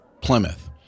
Plymouth